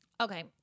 Okay